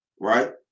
Right